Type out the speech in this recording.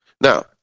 Now